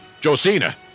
Josina